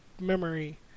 memory